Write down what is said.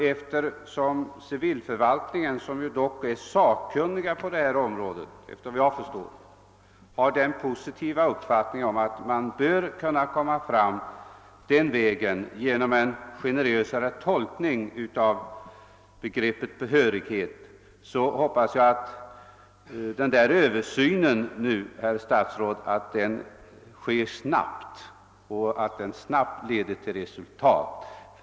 Eftersom civilförvaltningen, som efter vad jag förstår dock är sakkunnig på detta område, har den positiva uppfattningen att man bör kunna komma fram den vägen genom en generösare tolkning av begreppet behörighet, hoppas jag att den där översynen, herr statsråd, sker snabbt och att den snabbt leder till resultat.